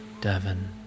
Devon